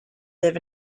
live